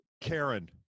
Karen